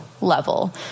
level